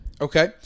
Okay